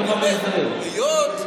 היות,